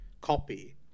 copy